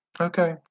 Okay